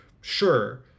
sure